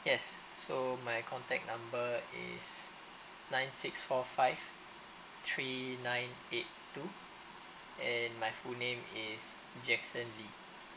yes so my contact number is nine six four five three nine eight two and my full name is jackson lee